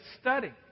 study